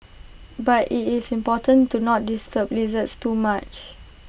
but IT is important to not disturb lizards too much